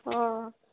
অঁ